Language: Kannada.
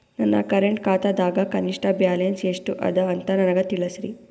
ನನ್ನ ಕರೆಂಟ್ ಖಾತಾದಾಗ ಕನಿಷ್ಠ ಬ್ಯಾಲೆನ್ಸ್ ಎಷ್ಟು ಅದ ಅಂತ ನನಗ ತಿಳಸ್ರಿ